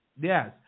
Yes